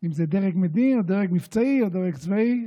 אם זה דרג מדיני או דרג מבצעי או דרג צבאי,